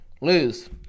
lose